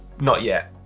not yet,